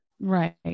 Right